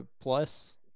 plus